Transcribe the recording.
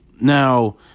Now